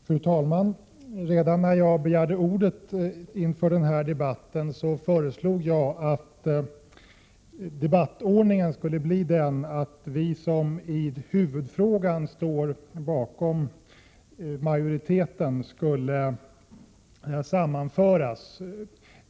Fru talman! Redan i samband med att jag begärde ordet inför denna debatt föreslog jag att debattordningen skulle bli sådan att vi som i huvudfrågan står bakom majoriteten skulle sammanföras.